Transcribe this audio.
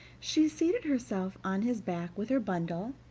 she seated herself on his back with her bundle,